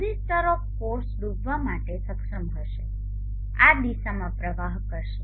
transistor of course ડૂબવા માટે સક્ષમ હશે આ દિશામાં પ્રવાહ કરશે